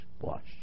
Wash